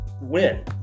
win